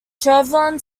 chevron